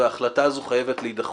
וההחלטה הזו חייבת להידחות.